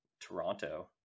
Toronto